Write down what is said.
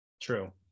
True